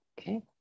Okay